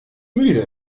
müde